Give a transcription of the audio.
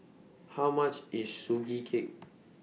How much IS Sugee Cake